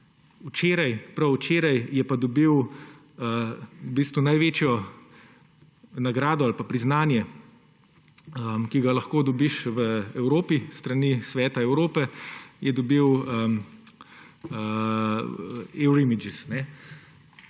včeraj je pa dobil največje priznanje, ki ga lahko dobiš v Evropi, s strani Sveta Evrope je dobil Eurimages,